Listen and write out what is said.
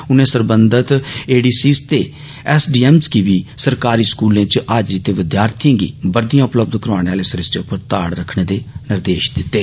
उनें सरबंधत A D Cs ते एस डी एमस गी सरकारी स्कूलें च हाजरी ते विद्यार्थियें गी बर्दियां उपलब्ध करोआने आहले सरिस्ते उप्पर ताड़ रक्खने दे निर्देश बी दित्ते